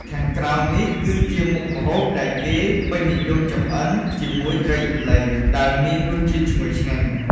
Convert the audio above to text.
ខាងក្រោមនេះគឺជាមុខម្ហូបដែលគេពេញនិយមចម្អិនជាមួយត្រីទន្លេ ដោយមានរសជាតិឈ្ងុយឆ្ងាញ់។